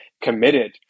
committed